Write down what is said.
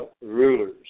rulers